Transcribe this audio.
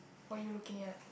what are you looking at